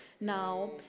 now